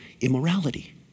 immorality